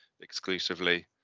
exclusively